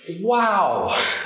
wow